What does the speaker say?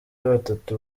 batatu